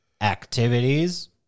activities